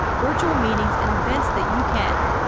virtual meetings and events that you can.